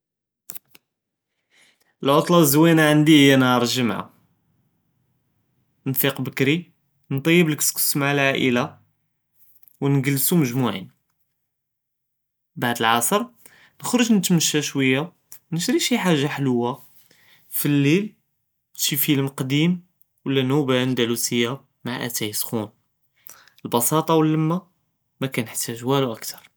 לעֻטְלָה זְוִינָה ענדִי היא נהאר לְגְ׳מְעָה, נְפִיק בְּכְּרִי נְטַיֵּבּ כְּסכְּסו מעא לעאִילָה, ו נְגְ׳לְסו מְגְ׳מְעִין. בְּעְד לְעַצְר נְחוּרְג נְתְמַשָׁא שׁוִויא נִשְׁרִי שִׁי חָאגָה חְלוָּה, פְלִיל נְשוּף פִילְם קדִים וְלא נוּפָאל אנדלוסִיָה מעא אתאי סְחוּן, בְּסָאטָה ו לִלמָה מכְּנְחְתָאג וואלו אַכְּתָאר.